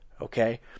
Okay